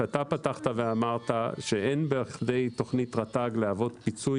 אתה פתחת ואמרת שאין בכדי תוכנית רט"ג להוות פיצוי